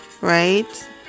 right